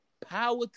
power